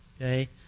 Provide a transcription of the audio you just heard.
Okay